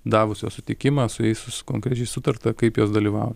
davusios sutikimą su jais konkrečiai sutarta kaip jos dalyvavo